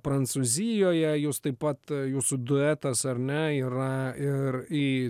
prancūzijoje jūs taip pat jūsų duetas ar ne yra ir į